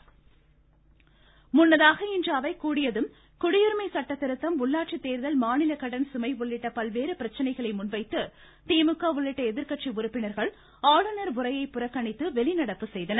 மமமமம திமுக வெளிநடப்பு முன்னதாக இன்று அவை கூடியதும் குடியுரிமை சட்டதிருத்தம் உள்ளாட்சி தோ்தல் மாநில கடன்சுமை உள்ளிட்ட பல்வேறு பிரச்சினைகளை முன்வைத்து திமுக உள்ளிட்ட எதிர்கட்சி உறுப்பினர்கள் ஆளுநர் உரையை புறக்கணித்து வெளிநடப்பு செய்தனர்